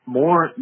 more